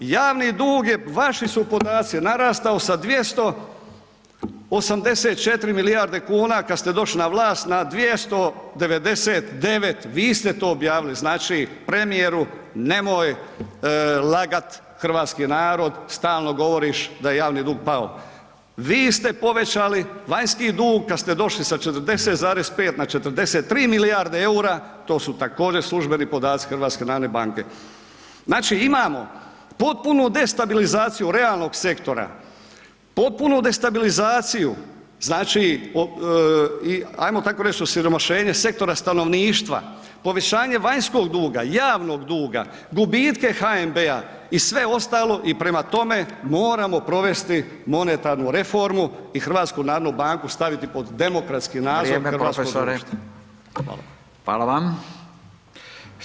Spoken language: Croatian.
Javni dug je, vaši su podaci, narastao sa 284 milijarde kuna kad ste došli na vlast na 299, vi ste to objavili, znači premijeru nemoj lagat hrvatski narod, stalno govoriš da je javni dug pao, vi ste povećali vanjski dug kad ste došli sa 40,5 na 43 milijarde EUR-a, to su također službeni podaci HNB-a, znači imamo potpunu destabilizaciju realnog sektora, potpunu destabilizaciju, znači ajmo tako reć, osiromašenje sektora stanovništva, povišanje vanjskog duga, javnog duga, gubitke HNB-a i sve ostalo i prema tome moramo provesti monetarnu reformu i HNB staviti pod demokratski nadzor [[Upadica: Vrijeme profesore]] hrvatskog društva.